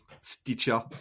Stitcher